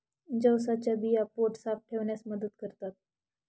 जवसाच्या बिया पोट साफ ठेवण्यास मदत करतात